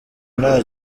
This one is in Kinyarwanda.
nta